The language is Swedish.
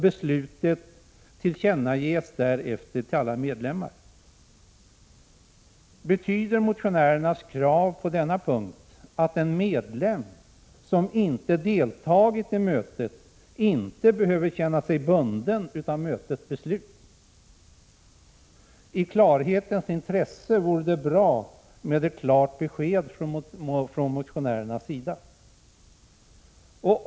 Beslutet tillkännages därefter till alla medlemmar. Betyder motionärernas krav på denna punkt att en medlem som inte deltagit i mötet inte behöver känna sig bunden utav mötets beslut? I klarhetens intresse vore det bra med ett klart besked från motionärernas sida.